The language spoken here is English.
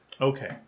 Okay